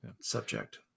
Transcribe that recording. subject